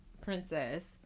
princess